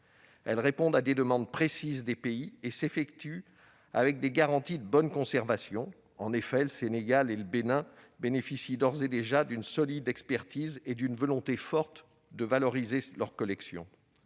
Elles répondent à des demandes précises des pays, et s'effectuent avec des garanties de bonne conservation. En effet, le Sénégal et le Bénin bénéficient d'ores et déjà d'une solide expertise et d'une volonté forte de valoriser leurs collections.